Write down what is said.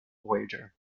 voyager